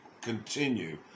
continue